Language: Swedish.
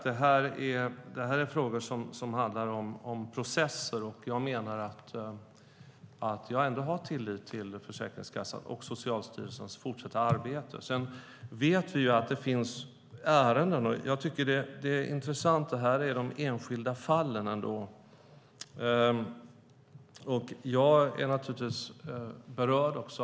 Detta är frågor som handlar om processer, och jag har ändå tillit till Försäkringskassans och Socialstyrelsens fortsatta arbete. Jag är naturligtvis också berörd av de fall som vi har läst om i tidningarna.